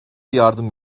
yardım